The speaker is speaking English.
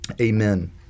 Amen